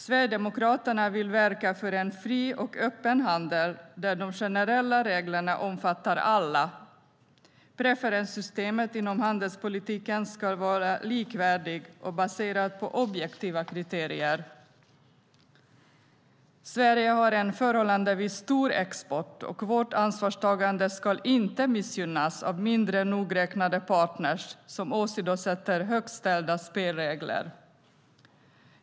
Sverigedemokraterna vill verka för en fri och öppen handel där de generella reglerna omfattar alla. Preferenssystemet inom handelspolitiken ska vara likvärdigt och baserat på objektiva kriterier. Sverige har en förhållandevis stor export, och vårt ansvarstagande ska inte missgynnas av mindre nogräknade partner som åsidosätter högt ställda spelregler.